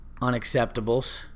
unacceptables